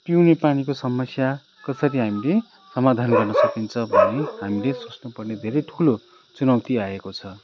पिउने पानीको समस्या कसरी हामीले समाधान गर्न सकिन्छ भनि हामीले सोच्नुपर्ने धेरै ठुलो चुनौती आएको छ